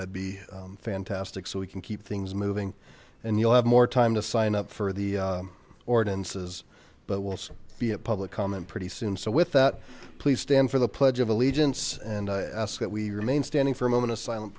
would be fantastic so we can keep things moving and you'll have more time to sign up for the ordinances but will soon be a public comment pretty soon so with that please stand for the pledge of allegiance and i ask that we remain standing for a moment of silen